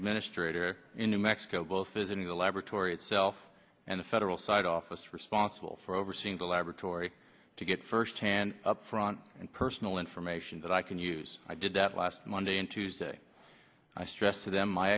administrator in new mexico both visiting the laboratory itself and the federal side office responsible for overseeing the laboratory to get firsthand up front and personal information that i can use i did that last monday and tuesday i stress to them my